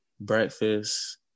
Breakfast